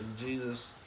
Jesus